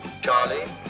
Charlie